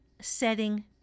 setting